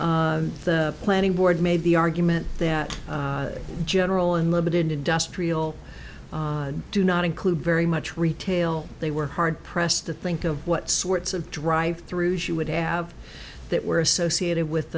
length the planning board made the argument that general unlimited industrial do not include very much retail they were hard pressed to think of what sorts of drive through she would have that were associated with